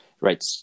right